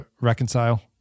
reconcile